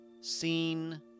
seen